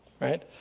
right